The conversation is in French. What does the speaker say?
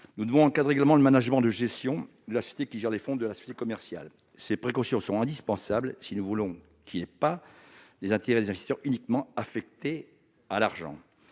Nous devons encadrer également le management de gestion de la société qui gère les fonds de la société commerciale. Ces précautions sont indispensables si nous voulons que l'intérêt des investisseurs ne repose pas uniquement